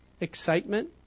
Excitement